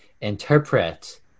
interpret